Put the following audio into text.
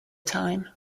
time